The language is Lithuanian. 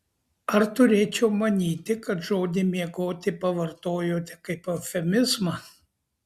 ar turėčiau manyti kad žodį miegoti pavartojote kaip eufemizmą